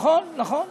נכון, נכון.